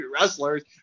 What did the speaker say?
wrestlers